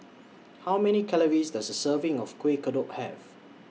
How Many Calories Does A Serving of Kueh Kodok Have